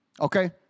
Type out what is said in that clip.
Okay